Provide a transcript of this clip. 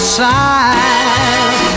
side